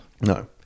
No